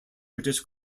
british